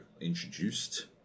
introduced